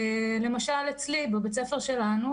למשל אצלי בבית הספר שלנו,